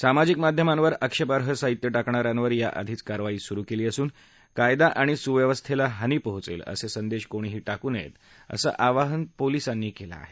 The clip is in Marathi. सामाजिक माध्यमावर आक्षेपार्ह साहित्य टाकणाऱ्यावर याआधीच कारवाई सुरू केली असून कायदा आणि सुव्यवस्थेला हानी पोहोचेल असे संदेश कोणीही टाकू नयेत असं आवाहन पोलिसांनी केलं आहे